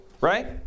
right